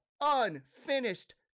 unfinished